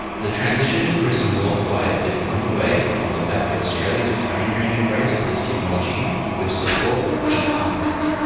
the transition to prism world-wide is under-way on the back of australia's pioneering embrace of this technology with support of key partners.